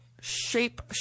Shape